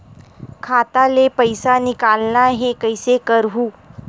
खाता ले पईसा निकालना हे, कइसे करहूं?